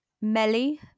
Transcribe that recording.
Melly